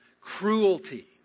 cruelty